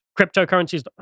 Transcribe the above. Cryptocurrencies